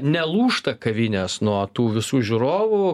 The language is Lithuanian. nelūžta kavinės nuo tų visų žiūrovų